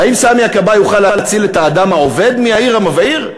האם סמי הכבאי יוכל להציל את האדם העובד מיאיר המבעיר?